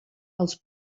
els